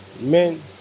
men